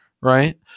right